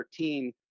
13